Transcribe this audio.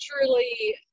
Truly